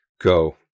go